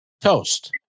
Toast